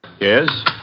Yes